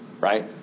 right